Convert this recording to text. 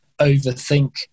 overthink